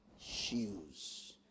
shoes